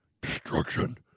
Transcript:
Destruction